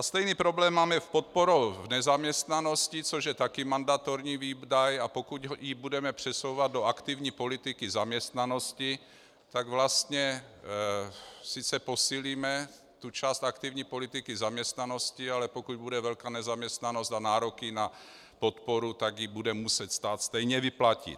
Stejný problém mám i s podporou v nezaměstnanosti, což je taky mandatorní výdaj, a pokud ho budeme přesouvat do aktivní politiky zaměstnanosti, tak posílíme sice tu část aktivní politiky zaměstnanosti, ale pokud bude velká nezaměstnanost a nároky na podporu, tak ji bude muset stát stejně vyplatit.